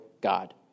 God